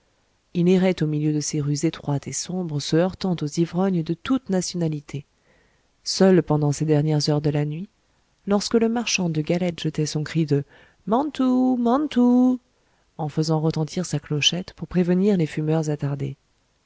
il errait au milieu de ces rues étroites et sombres se heurtant aux ivrognes de toutes nationalités seul pendant ces dernières heures de la nuit lorsque le marchand de galettes jetait son cri de mantoou mantoou en faisant retentir sa clochette pour prévenir les fumeurs attardés